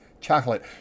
chocolate